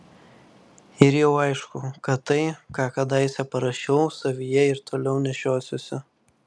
ir jau aišku kad tai ką kadaise parašiau savyje ir toliau nešiosiuosi